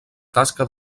tasca